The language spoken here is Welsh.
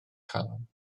chalon